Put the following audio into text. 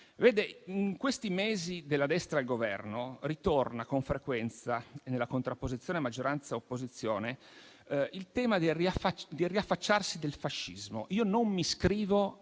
In questi mesi della destra al Governo ritorna con frequenza, nella contrapposizione tra maggioranza e opposizione, il tema del riaffacciarsi del fascismo. Io non mi iscrivo